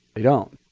they don't.